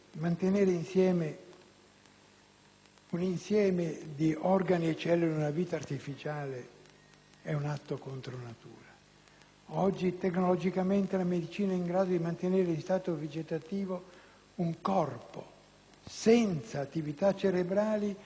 un complesso di organi e cellule in una vita artificiale è un atto contro natura: tecnologicamente oggi la medicina è in grado di mantenere in stato vegetativo un corpo senza attività cerebrali quasi all'infinito,